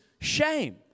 shame